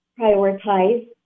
prioritize